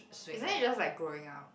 isn't it just like growing up